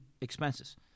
expenses